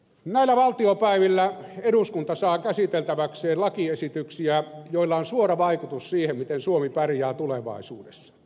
näillä valtiopäivillä eduskunta saa käsiteltäväkseen lakiesityksiä joilla on suora vaikutus siihen miten suomi pärjää tulevaisuudessa